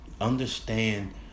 understand